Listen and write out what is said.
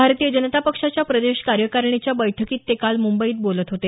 भारतीय जनता पक्षाच्या प्रदेश कार्यकारिणीच्या बैठकीत ते काल मुंबईत बोलत होते